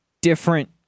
different